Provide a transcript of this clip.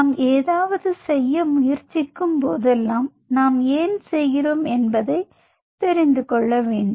நாம் ஏதாவது செய்ய முயற்சிக்கும் போதெல்லாம் நாம் ஏன் செய்கிறோம் என்பதை தெரிந்து கொள்ள வேண்டும்